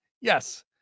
yes